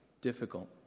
difficult